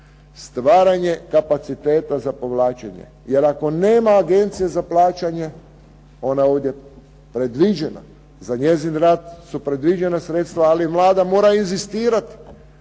stvaranje kapaciteta za povlačenje. Jer ako nema agencije za plaćanje, ona je ovdje predviđena, za njezin rad su predviđena sredstva ali Vlada mora inzistirati